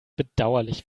bedauerlich